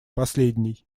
последний